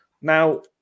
now